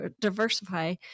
diversify